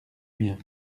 mien